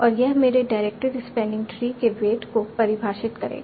और यह मेरे डायरेक्टेड स्पैनिंग ट्री के वेट को परिभाषित करेगा